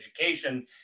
education